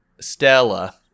Stella